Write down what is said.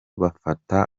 bafata